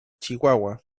chihuahua